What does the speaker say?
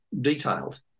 detailed